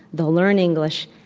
they'll learn english,